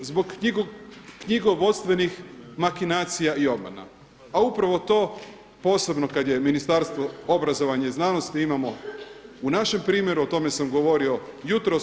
Zbog knjigovodstvenih makinacija i obmana, a upravo to posebno kad je Ministarstvo obrazovanja i znanosti imamo u našem primjeru, o tome sam govorio jutros.